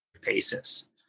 paces